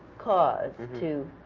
cause to